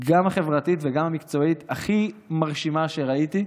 גם החברתית וגם המקצועית, הכי מרשימה שראיתי.